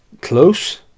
close